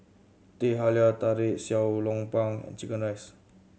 Teh Halia Tarik Xiao Long Bao and chicken rice